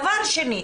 דבר שני,